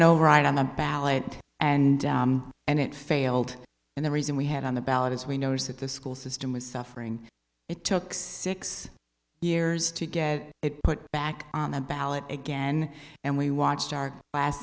override on the ballot and and it failed and the reason we had on the ballot as we know is that the school system was suffering it took six years to get it put back on the ballot again and we watched our class